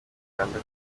uganda